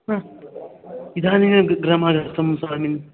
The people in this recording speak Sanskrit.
हा इदानीमेव गृ गृहमागतं स्वामिन्